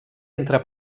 entre